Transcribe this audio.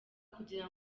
kugira